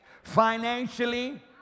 Financially